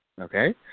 Okay